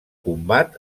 combat